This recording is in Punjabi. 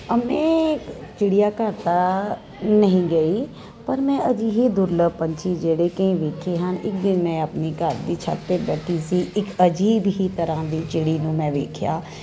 ਮੈਂ ਚਿੜੀਆ ਘਰ ਤਾਂ ਨਹੀਂ ਗਈ ਪਰ ਮੈਂ ਅਜਿਹੇ ਦੁਰਲੱਭ ਪੰਛੀ ਜਿਹੜੇ ਕਿ ਵੇਖੇ ਹਨ ਇੱਕ ਦਿਨ ਮੈਂ ਆਪਣੇ ਘਰ ਦੀ ਛੱਤ ਤੇ ਬੈਠੀ ਸੀ ਇੱਕ ਅਜੀਬ ਹੀ ਤਰ੍ਹਾਂ ਦੀ ਚਿੜੀ ਨੂੰ ਮੈਂ ਵੇਖਿਆ